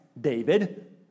david